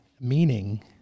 meaning